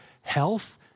health